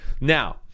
Now